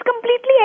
completely